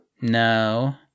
No